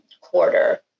quarter